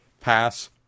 pass